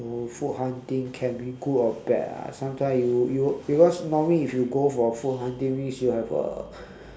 so food hunting can be good or bad ah sometimes you you because normally if you go for food hunting means you have a